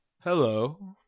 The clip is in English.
Hello